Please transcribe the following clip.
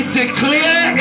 declare